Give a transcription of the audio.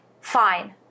fine